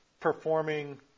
performing